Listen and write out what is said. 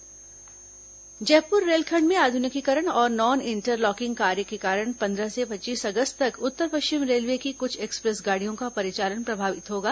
train प्रभावित जयपुर रेलखंड में आध्निकीकरण और नॉन इंटरलॉकिंग कार्य के कारण पंद्रह से पच्चीस अगस्त तक उत्तर पश्चिम रेलवे की कुछ एक्सप्रेस गाडियों का परिचालन प्रभावित होगा